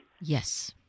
Yes